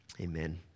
Amen